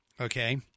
okay